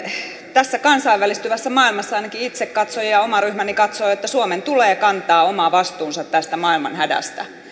tässä kansainvälistyvässä maailmassa ainakin itse katson ja ja oma ryhmäni katsoo että suomen tulee kantaa oma vastuunsa tästä maailman hädästä